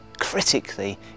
critically